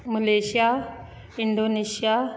Malaysia Indonesia